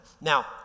Now